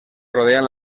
rodean